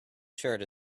shirt